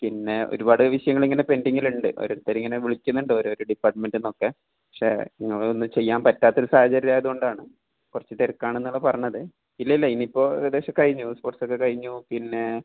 പിന്നെ ഒരുപാട് വിഷയങ്ങളിങ്ങനെ പെൻഡിങ്ങിലുണ്ട് ഓരോരുത്തരിങ്ങനെ വിളിക്കുന്നുണ്ട് ഓരോരോ ഡിപ്പാർട്മെൻ്റിൽ നിന്നൊക്കെ പക്ഷേ നിങ്ങളുടെ ഒന്നും ചെയ്യാൻ പറ്റാത്തൊരു സാഹചര്യം ആയതുകൊണ്ടാണ് കുറച്ചുതിരക്കാണെന്നാണ് പറഞ്ഞത് ഇല്ലില്ല ഇനിയിപ്പോൾ ഏകദേശം കഴിഞ്ഞു സ്പോർട്സൊക്കെ കഴിഞ്ഞു പിന്നെ